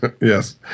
Yes